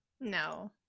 No